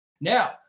Now